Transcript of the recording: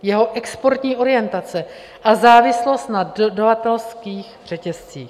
Jeho exportní orientace a závislost na dodavatelských řetězcích.